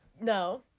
No